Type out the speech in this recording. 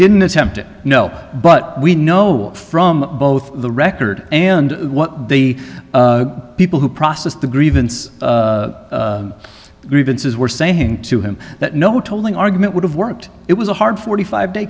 didn't attempt it no but we know from both the record and what the people who processed the grievance grievances were saying to him that no tolling argument would have worked it was a hard forty five day